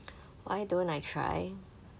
why don't I try